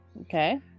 Okay